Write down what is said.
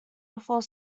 before